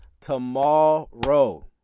tomorrow